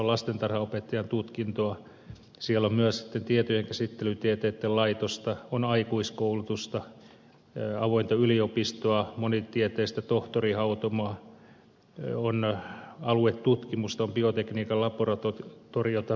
siellä on myös sitten tietojenkäsittelytieteitten laitosta on aikuiskoulutusta avointa yliopistoa monitieteistä tohtorihautomoa on aluetutkimusta on biotekniikan laboratoriota mittalaitelaboratoriota